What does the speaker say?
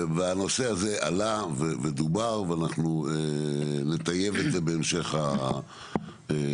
הנושא הזה עלה ודובר ואנחנו נטייב את זה בהמשך החקיקה.